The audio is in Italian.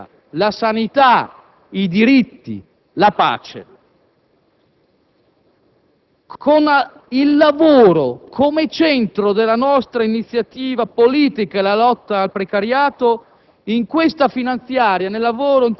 la scuola, la ricerca, la sanità, i diritti e la pace. Con il lavoro come centro della nostra iniziativa politica e la lotta al precariato,